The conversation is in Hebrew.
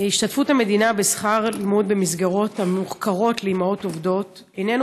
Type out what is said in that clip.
השתתפות המדינה בשכר לימוד במסגרות המוכרות לאימהות עובדות איננה